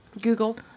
Google